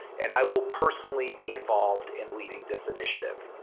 and i will personally be involved in leading this initiative.